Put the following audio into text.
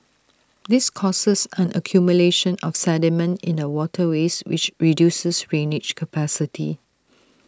this causes an accumulation of sediment in the waterways which reduces drainage capacity